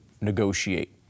negotiate